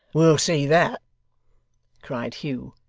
we'll see that cried hugh,